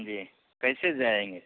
जी कैसे जाएँगे